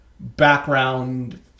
background